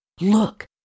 Look